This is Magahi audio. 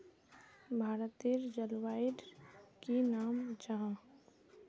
भारतेर जलवायुर की नाम जाहा?